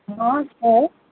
हँ छै